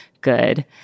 good